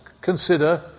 consider